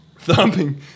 Thumping